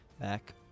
back